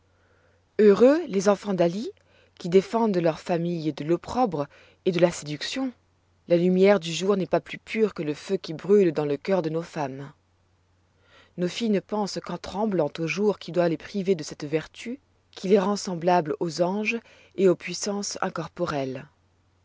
heureux les enfants d'ali qui défendent leurs familles de l'opprobre et de la séduction la lumière du jour n'est pas plus pure que le feu qui brûle dans le cœur de nos femmes nos filles ne pensent qu'en tremblant au jour qui doit les priver de cette vertu qui les rend semblables aux anges et aux puissances